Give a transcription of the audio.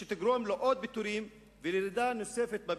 שתגרום לעוד פיטורים ולירידה נוספת בביקושים.